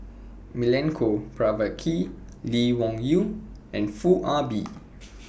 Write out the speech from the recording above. Milenko Prvacki Lee Wung Yew and Foo Ah Bee